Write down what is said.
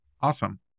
Awesome